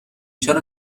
چرا